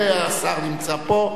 השר נמצא פה.